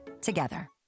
together